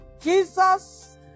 Jesus